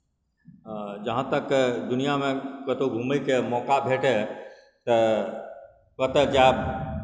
जहाँ तक दुनिआँमे कतहु घुमयके मौका भेटए तऽ कतय जाएब